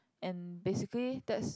and basically that's